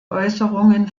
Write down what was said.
äußerungen